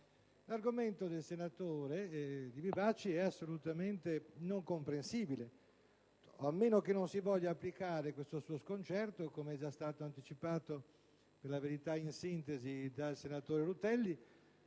L'argomento del senatore Livi Bacci è assolutamente non comprensibile, a meno che non si voglia applicare questo suo sconcerto, come già stato anticipato, per la verità in sintesi, dal senatore Rutelli,